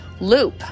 loop